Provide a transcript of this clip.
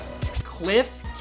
Cliff